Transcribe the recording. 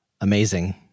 Amazing